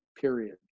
period